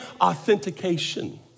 authentication